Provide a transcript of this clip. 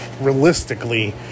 realistically